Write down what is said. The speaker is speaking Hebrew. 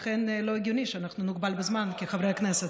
לכן לא הגיוני שאנחנו נוגבל בזמן כחברי הכנסת.